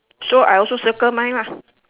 so I also circle mine lah